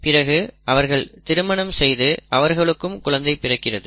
பிறகு அவர்கள் திருமணம் செய்து அவர்களுக்கும் குழந்தை பிறக்கிறது